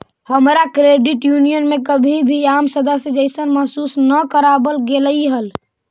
हमरा credit union में कभी भी आम सदस्य जइसन महसूस न कराबल गेलई हल